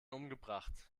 umgebracht